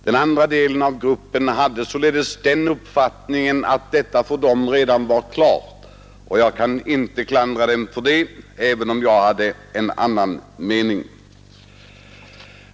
Den andra delen av gruppen hade således uppfattningen, att saken redan var klar, och jag kan inte klandra dem för det, även om jag hade en annan mening.